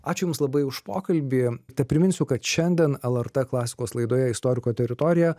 ačiū jums labai už pokalbį te priminsiu kad šiandien lrt klasikos laidoje istoriko teritorija